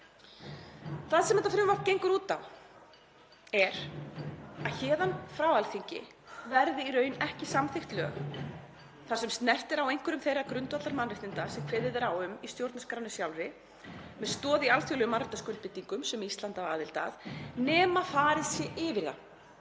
Það sem þetta frumvarp gengur út á er að héðan frá Alþingi verði í raun ekki samþykkt lög þar sem snert er á einhverjum þeirra grundvallarmannréttinda sem kveðið er á um í stjórnarskránni sjálfri með stoð í alþjóðlegum mannréttindaskuldbindingum sem Ísland á aðild að nema farið sé yfir það